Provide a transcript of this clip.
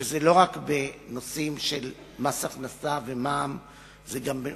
וזה לא רק בנושאים של מס הכנסה ומע"מ ומכס